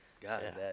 god